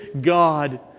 God